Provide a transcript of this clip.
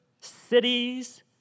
cities